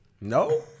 No